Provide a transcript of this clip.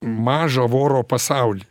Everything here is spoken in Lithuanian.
mažą voro pasaulį